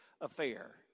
affair